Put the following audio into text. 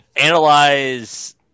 Analyze